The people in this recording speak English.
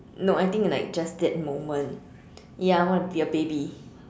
no I think like just that moment ya I want to be a baby